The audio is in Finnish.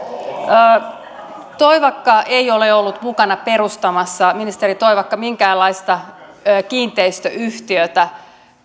ministeri toivakka ei ole ollut mukana perustamassa minkäänlaista kiinteistöyhtiötä